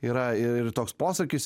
yra ir toks posakis